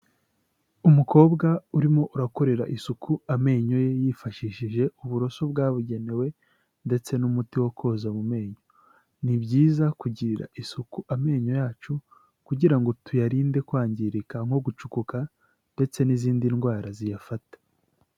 Umukobwa urimo urakorera isuku amenyo ye yifashishije uburoso bwabugenewe ndetse n'umuti wo koza mu menyo. Ni byiza kugirira isuku amenyo yacu, kugira ngo tuyarinde kwangirika nko gucukuka ndetse n'izindi ndwara ziyafata.